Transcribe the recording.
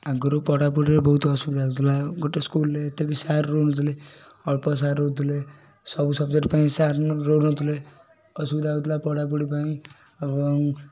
ଆଗରୁ ପଢ଼ାପଢ଼ିରେ ବହୁତ ଅସୁବିଧା ହେଉଥିଲା ଗୋଟେ ସ୍କୁଲ୍ରେ ଏତେ ବି ସାର୍ ରହୁ ନଥିଲେ ଅଳ୍ପ ସାର୍ ରହୁଥିଲେ ସବୁ ସବଜେକ୍ଟ ପାଇଁ ସାର୍ ରହୁ ନଥିଲେ ଅସୁବିଧା ହେଉଥିଲା ପଢ଼ାପଢ଼ି ପାଇଁ ଏବଂ